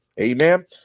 Amen